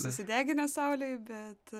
susideginęs saulėj bet